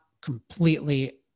completely